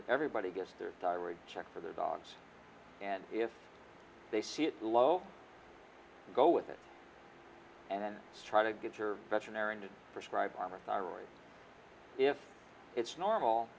that everybody gets their diaries checked for their dogs and if they see it low go with it and then try to get your veterinarian to prescribe armor thyroid if it's normal